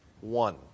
one